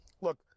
look